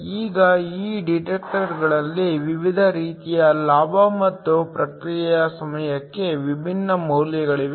ಈಗ ಈ ಡಿಟೆಕ್ಟರ್ಗಳಲ್ಲಿ ವಿವಿಧ ರೀತಿಯ ಲಾಭ ಮತ್ತು ಪ್ರತಿಕ್ರಿಯೆ ಸಮಯಕ್ಕಾಗಿ ವಿಭಿನ್ನ ಮೌಲ್ಯಗಳಿವೆ